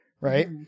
right